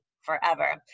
forever